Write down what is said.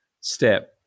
step